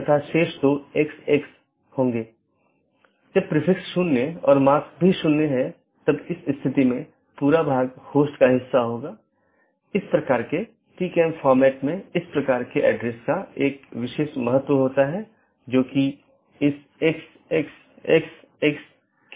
अब अगर हम BGP ट्रैफ़िक को देखते हैं तो आमतौर पर दो प्रकार के ट्रैफ़िक होते हैं एक है स्थानीय ट्रैफ़िक जोकि एक AS के भीतर ही होता है मतलब AS के भीतर ही शुरू होता है और भीतर ही समाप्त होता है